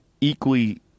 equally